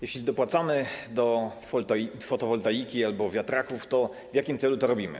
Jeśli dopłacamy do fotowoltaiki albo wiatraków, to w jakim celu to robimy?